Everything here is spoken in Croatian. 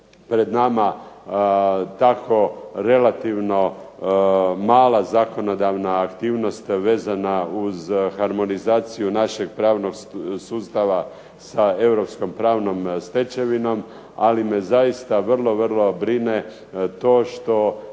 pred nama tako relativno mala zakonodavna aktivnost vezana uz harmonizaciju našeg pravnog sustava sa europskom pravnom stečevinom. Ali me zaista vrlo, vrlo brine to što